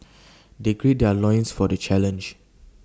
they gird their loins for the challenge